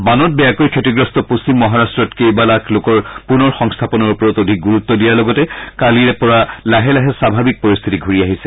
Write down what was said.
বানত বেয়াকৈ ক্ষতিগ্ৰস্ত পশ্চিম মহাৰট্টত কেইবা লাখ লোকৰ পূনৰ সংস্থাপনৰ ওপৰত অধিক গুৰুত্ব দিয়াৰ লগতে কালিৰ পৰা লাহে লাহে স্বাভাৱিক পৰিস্থিতি ঘূৰি আহিছে